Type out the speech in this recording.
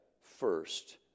first